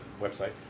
website